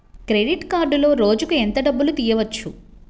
Credit కార్డులో రోజుకు ఎంత డబ్బులు తీయవచ్చు?